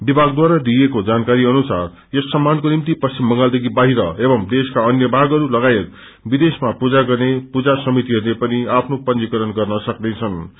विभागद्वारा दिइएको जानकारी अनुसार यस सम्मानको निम्ति पश्चिम बंगाल देखि बाहिर एवम् देशका अन्य भागहरू लागायत विदेशहरूमा पूजा गन्ने पूजा समितिहरूले आफ्नो पंजीकरण गर्न सक्नेछनृ